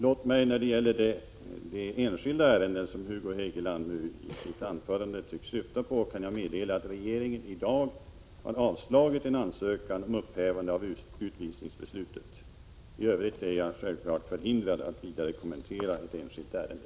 Låt mig när det gäller det enskilda ärende som Hugo Hegeland tycks syfta på meddela att regeringen i dag har avslagit en ansökan om upphävande av utvisningsbeslutet. I övrigt är jag självfallet förhindrad att vidare kommentera ett enskilt ärende.